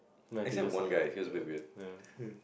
let's say one guy just been weird